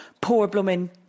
poor-bloomin